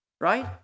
right